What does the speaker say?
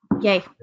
Yay